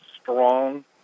strong